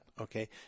Okay